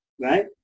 right